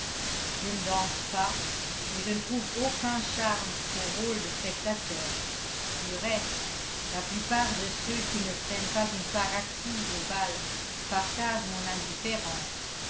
je ne danse pas et je ne trouve aucun charme au rôle de spectateur du reste la plupart de ceux qui ne prennent pas une part active au bal partagent mon indifférence